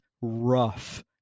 rough